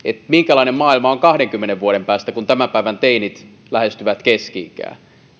minkälainen maailma on kahdenkymmenen vuoden päästä kun tämän päivän teinit lähestyvät keski ikää